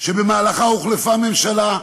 שבמהלכה הוחלפה ממשלה,